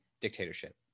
dictatorship